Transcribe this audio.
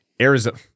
Arizona